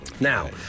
Now